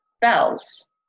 bells